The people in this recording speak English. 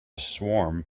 swarm